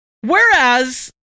Whereas